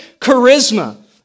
charisma